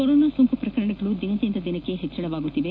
corona ಸೋಂಕು ಪ್ರಕರಣಗಳು ದಿನದಿಂದ ದಿನಕ್ಕೆ ಹೆಚ್ಚಳವಾಗುತ್ತಿದೆ